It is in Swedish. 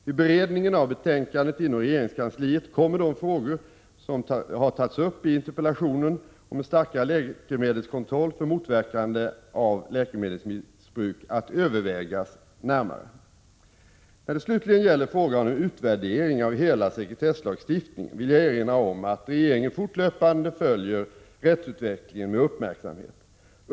Vid beredningen av betänkandet inom regeringskansliet kommer de frågor som tagits upp i interpellationen om en starkare läkemedelskontroll för motverkande av läkemedelsmissbruk att övervägas närmare. När det slutligen gäller frågan om en utvärdering av hela sekretesslagstiftningen vill jag erinra om, att regeringen fortlöpande följer rättsutvecklingen med uppmärksamhet.